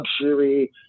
luxury